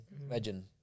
Imagine